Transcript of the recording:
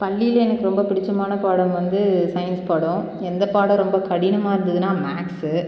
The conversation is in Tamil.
பள்ளியில் எனக்கு ரொம்ப பிடிச்சமான பாடம் வந்து சயின்ஸ் பாடம் எந்த பாடம் ரொம்ப கடினமாக இருந்துதுன்னால் மேக்ஸு